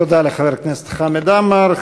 תודה לחבר הכנסת חמד עמאר.